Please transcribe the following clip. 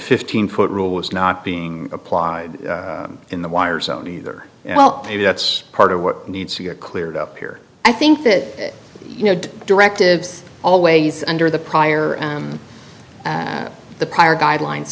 fifteen foot rule was not being applied in the wire zone either well maybe that's part of what needs to get cleared up here i think that you know directives always under the prior and the prior guidelines